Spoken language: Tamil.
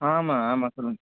ஆமாம் ஆமாம் சொல்லுங்க